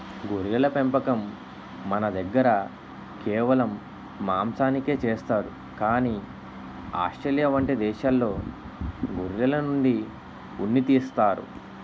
గొర్రెల పెంపకం మనదగ్గర కేవలం మాంసానికే చేస్తారు కానీ ఆస్ట్రేలియా వంటి దేశాల్లో గొర్రెల నుండి ఉన్ని తీస్తారు